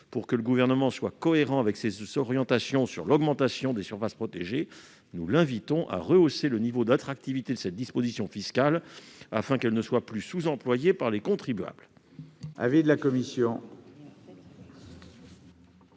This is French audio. Si le Gouvernement veut se montrer cohérent avec ses orientations sur l'augmentation des surfaces protégées, nous l'invitons à rehausser le niveau d'attractivité de cette disposition fiscale, afin qu'elle ne soit plus sous-employée par les contribuables.